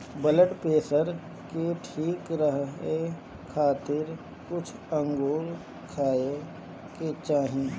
blood pressure के ठीक रखे खातिर भी अंगूर खाए के चाही